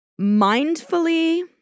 mindfully